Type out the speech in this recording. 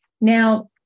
Now